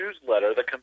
newsletter